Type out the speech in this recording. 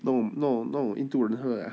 弄弄弄印度人喝啊